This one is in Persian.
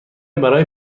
برای